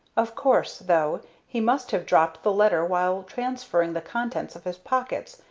of course, though, he must have dropped the letter while transferring the contents of his pockets,